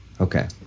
Okay